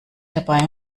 dabei